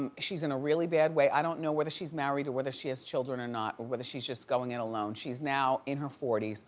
um she's in a really bad way. i don't know whether she's married or whether she has children or not or whether she's just going it alone. she's now in her forty s.